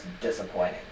disappointing